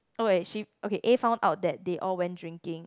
oh wait she okay A found out that they all went drinking